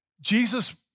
Jesus